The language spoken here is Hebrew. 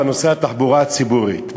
בנושא התחבורה הציבורית,